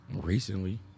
Recently